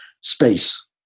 Space